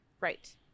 Right